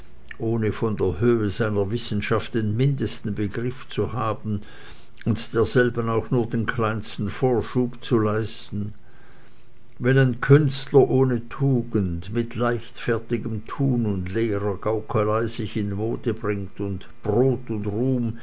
ohne von der höhe seiner wissenschaft den mindesten begriff zu haben und derselben auch nur den kleinsten vorschub zu leisten wenn ein künstler ohne tugend mit leichtfertigem tun und leerer gaukelei sich in mode bringt und brot und ruhm